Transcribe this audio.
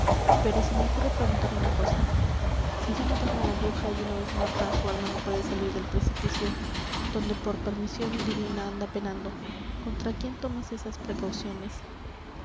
pero se me ocurre preguntar una cosa si ya mataron á la bruja y una vez muerta su alma no puede salir del precipicio donde por permisión divina anda penando contra quién tomas esas precauciones